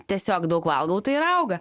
tiesiog daug valgau tai ir auga